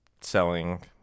selling